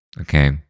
okay